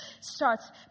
starts